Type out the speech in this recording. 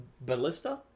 Ballista